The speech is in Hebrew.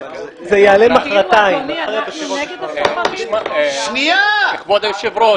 אנחנו נגד הסוחרים, אדוני?